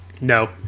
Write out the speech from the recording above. No